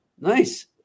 Nice